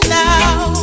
now